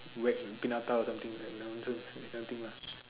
wet paint on tile or something like nonsense that kind of thing lah